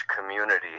community